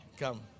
Come